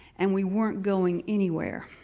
and we weren't going anywhere.